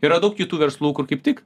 yra daug kitų verslų kur kaip tik